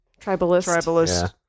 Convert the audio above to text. tribalist